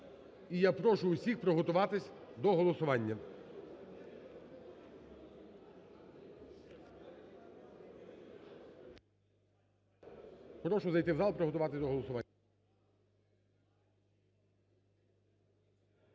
І я прошу усіх приготуватися до голосування.